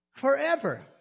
Forever